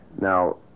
Now